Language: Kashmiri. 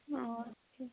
اَوا چھِ